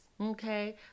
okay